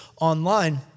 online